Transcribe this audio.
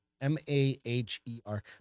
M-A-H-E-R